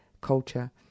culture